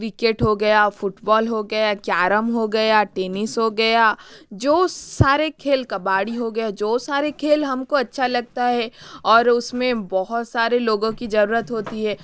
cricket हो गया football हो गया कैरम हो गया टेनिस हो गया जो सारे खेल कबड्डी हो गए जो सारे खेल हमको अच्छा लगता है और उसमें बहुत सारे लोगों की जरूरत होती है